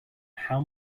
how